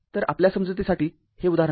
तर आपल्या समजुतीसाठी हे उदाहरण घ्या